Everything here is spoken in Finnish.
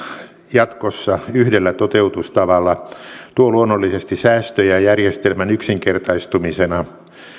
jatkossa yhdellä toteutustavalla tuo luonnollisesti säästöjä järjestelmän yksinkertaistumisena